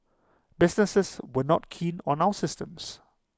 businesses were not keen on our systems